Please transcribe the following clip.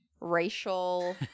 racial